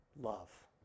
love